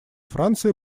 францией